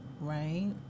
right